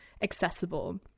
accessible